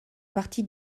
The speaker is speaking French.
partie